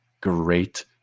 great